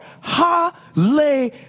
Hallelujah